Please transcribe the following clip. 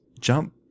jump